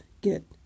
get